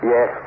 Yes